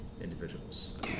individuals